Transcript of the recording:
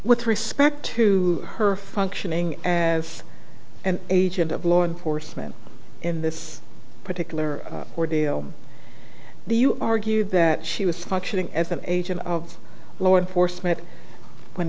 with respect to her functioning as an agent of law enforcement in this particular ordeal the you argued that she was functioning as an agent of law enforcement when